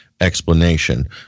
Explanation